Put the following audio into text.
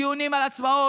דיונים על הצבעות,